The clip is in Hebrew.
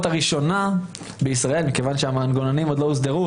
הראשונה בישראל מכיוון שהמנגנונים עוד לא הוסדרו,